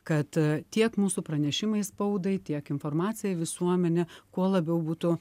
kad tiek mūsų pranešimai spaudai tiek informacija visuomenė kuo labiau būtų